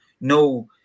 no